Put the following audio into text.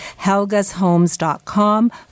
HelgasHomes.com